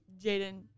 Jaden